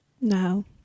no